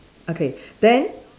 okay then